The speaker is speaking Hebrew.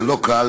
זה לא קל.